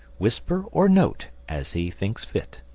whisper, or note, as he thinks fit.